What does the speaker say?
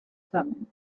thummim